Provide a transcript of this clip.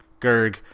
Gerg